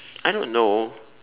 I don't know